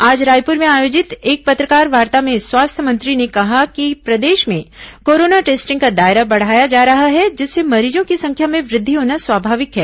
आज रायपुर में आयोजित एक पत्रकारवार्ता में स्वास्थ्य मंत्री ने कहा कि प्रदेश में कोरोना टेस्टिंग का दायरा बढ़ाया जा रहा है जिससे मरीजों की संख्या में वृद्धि होना स्वाभाविक है